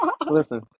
listen